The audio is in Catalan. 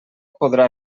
podrà